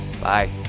bye